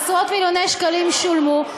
עשרות-מיליוני שקלים שולמו,